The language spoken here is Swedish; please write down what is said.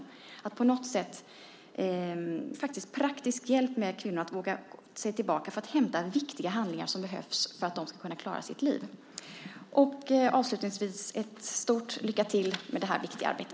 Det behövs någon form av praktisk hjälp för kvinnor så att de vågar sig tillbaka för att hämta viktiga handlingar som behövs för att de ska kunna klara sitt liv. Avslutningsvis önskar jag ett stort lycka till med detta viktiga arbete!